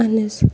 اہن حظ